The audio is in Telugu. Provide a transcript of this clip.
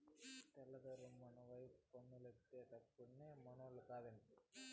తెల్ల దొరలు మనపైన పన్నులేత్తే అప్పట్లోనే మనోళ్లు కాదంటిరి